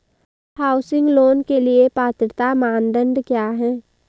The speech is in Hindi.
हाउसिंग लोंन के लिए पात्रता मानदंड क्या हैं?